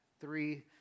three